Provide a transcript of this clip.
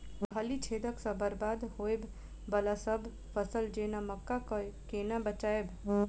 फली छेदक सँ बरबाद होबय वलासभ फसल जेना मक्का कऽ केना बचयब?